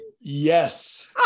yes